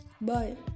Bye